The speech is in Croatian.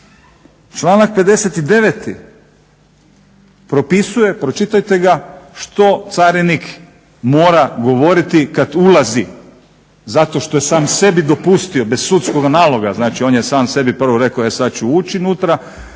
Članak 59.propisuje pročitajte ga, što carinik mora govoriti kada ulazi zato što je sam sebi dopustio bez sudskog naloga, znači on je sam sebi prvo rekao e sada ću ući unutra